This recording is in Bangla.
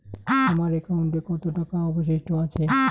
আমার একাউন্টে কত টাকা অবশিষ্ট আছে?